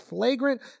flagrant